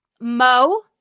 Mo